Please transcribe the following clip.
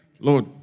Lord